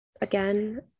again